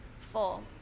Fold